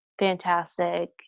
fantastic